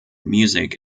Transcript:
music